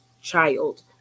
child